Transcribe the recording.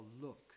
look